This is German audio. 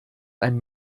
ein